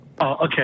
Okay